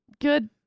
good